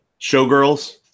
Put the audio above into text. showgirls